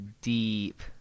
deep